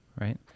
right